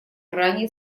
ранее